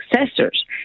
successors